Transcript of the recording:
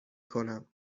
کنم